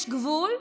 יש גבול.